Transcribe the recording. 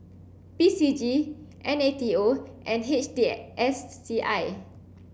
P C G N A T O and H T S C I